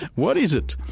what is it?